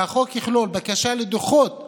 שהחוק יכלול בקשה לדוחות שכר,